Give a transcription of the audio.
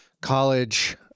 college